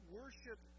worship